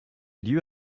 lieux